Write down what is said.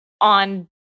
on